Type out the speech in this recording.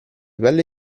pelle